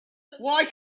why